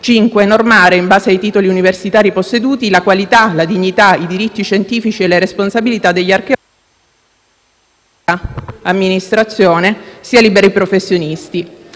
normare, in base ai titoli universitari posseduti, «la qualità, la dignità, i diritti scientifici e le responsabilità» degli archeologi, sia della pubblica amministrazione, che liberi professionisti.